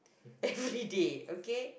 everyday okay